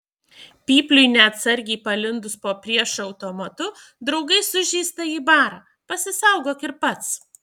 pypliui neatsargiai palindus po priešo automatu draugai sužeistąjį bara pasisaugok ir pats